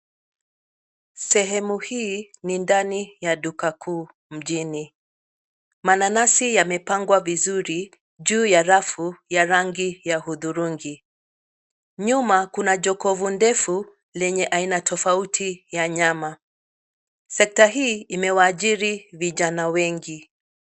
Sehemu hii ni ndani ya duka kuu mjini. Mananasi yamepangwa vizuri juu ya rafu ya rangi ya hudhurungi. Nyuma kuna jokofu ndefu lenye aina tofauti ya nyama. Sekta hii imewaajiri vijana wengi.